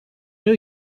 new